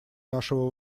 нашего